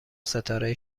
ستاره